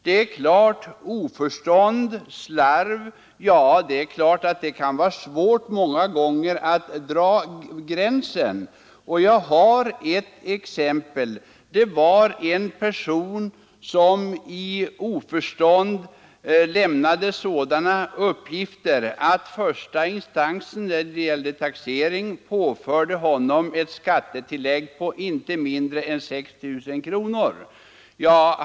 Det kan många gånger vara svårt att dra gränsen mellan oförstånd och slarv. Jag skall ange ett exempel. Det var en person som i oförstånd lämnade sådana uppgifter att första instansen när det gällde taxering påförde honom ett skattetillägg på inte mindre än 6 000 kronor.